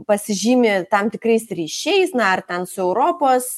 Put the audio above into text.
pasižymi tam tikrais ryšiais na ar ten su europos